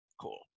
cool